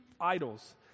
idols